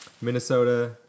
Minnesota